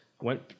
went